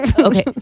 Okay